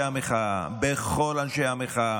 בכל אנשי המחאה.